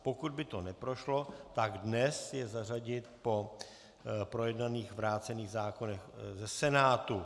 Pokud by to neprošlo, tak dnes je zařadit po projednaných vrácených zákonech ze Senátu.